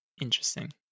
Interesting